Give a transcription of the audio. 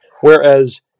whereas